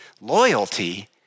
Loyalty